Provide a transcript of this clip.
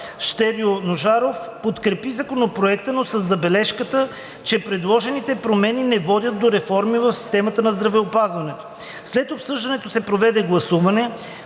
Щерьо Ножаров подкрепи Законопроекта, но със забележката, че предложените промени не водят до реформа в системата на здравеопазването. След обсъждането се проведе гласуване,